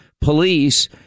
police